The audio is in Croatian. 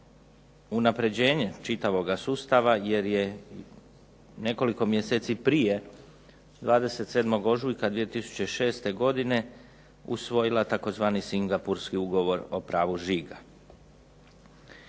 unapređenje čitavoga sustava jer je nekoliko mjeseci prije 27. ožujka 2006. godine usvojila tzv. Singapurski ugovor o pravu žiga.